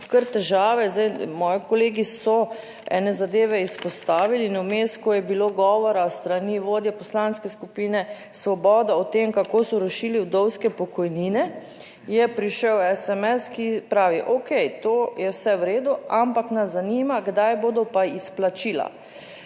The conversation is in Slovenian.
kar težave. Zdaj, moji kolegi so ene zadeve izpostavili in vmes, ko je bilo govora s strani vodje Poslanske skupine Svoboda o tem kako so rušili vdovske pokojnine je prišel SMS, ki pravi: Okej, to je vse v redu, ampak nas zanima, kdaj bodo pa izplačila.